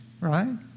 right